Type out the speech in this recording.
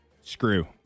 screw